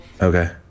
Okay